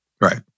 Right